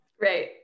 Right